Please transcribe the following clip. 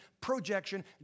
projection